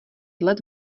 let